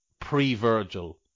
pre-Virgil